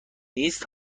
نیست